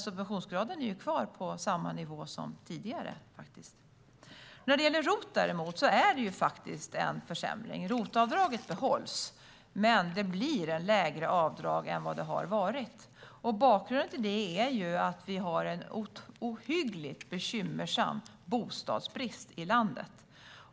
Subventionsgraden är kvar på samma nivå som tidigare. När det gäller ROT däremot är det faktiskt en försämring. ROT-avdraget behålls, men det blir ett lägre avdrag än vad det har varit. Bakgrunden till det är att vi har en ohyggligt bekymmersam bostadsbrist i landet.